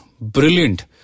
Brilliant